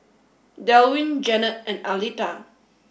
Delwin Janet and Aleta